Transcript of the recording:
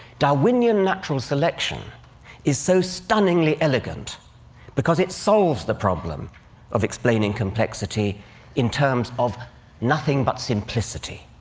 darwinian natural selection is so stunningly elegant because it solves the problem of explaining complexity in terms of nothing but simplicity.